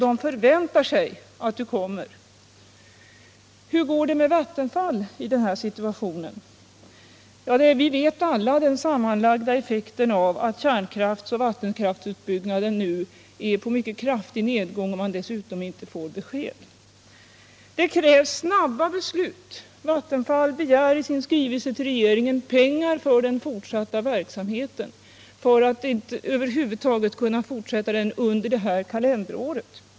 De förväntar sig att du kommer. Hur går det med Vattenfall i den här situationen? Vi känner alla till den sammanlagda effekten av att kärnkraftsoch vattenkraftsutbyggnaden nu är på mycket kraftig nedgång och att Vattenfall inte får besked i frågan. Det krävs nu snabba beslut. Vattenfall begär i sin skrivelse till regeringen pengar som behövs för att man över huvud taget skall kunna fortsätta verksamheten under detta kalenderår.